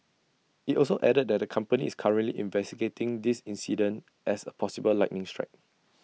IT also added that the company is currently investigating this incident as A possible lightning strike